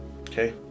Okay